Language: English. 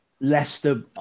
Leicester